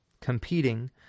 competing